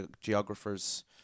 geographer's